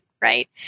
right